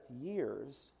years